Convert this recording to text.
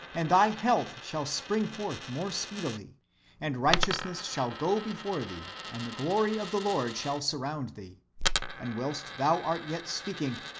and thy health shall spring forth more speedily and righteousness shall go before thee, and the glory of the lord shall surround thee and whilst thou art yet speaking,